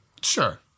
Sure